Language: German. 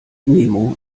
nemo